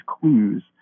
clues